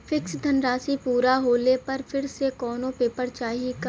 Fix धनराशी पूरा होले पर फिर से कौनो पेपर चाही का?